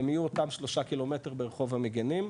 הם יהיו אותם שלושה קילומטר ברחוב המגינים,